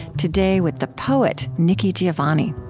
today, with the poet nikki giovanni